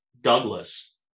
douglas